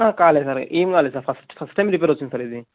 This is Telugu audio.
కాలేదు సార్ ఏం కాలేదు sir first first time repair వచ్చింది సార్ ఇది